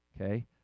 Okay